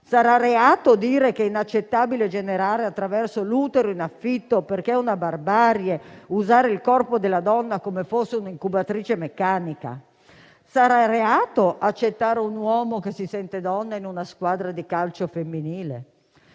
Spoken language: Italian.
Sarà reato dire che è inaccettabile generare attraverso l'utero in affitto, perché è una barbarie usare il corpo della donna come fosse un'incubatrice meccanica? Sarà reato accettare un uomo che si sente donna in una squadra di calcio femminile?